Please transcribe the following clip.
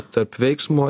tarp veiksmo